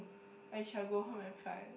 I shall go home and find